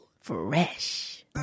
Fresh